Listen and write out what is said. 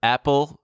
Apple